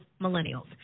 millennials